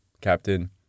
Captain